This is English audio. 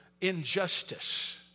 injustice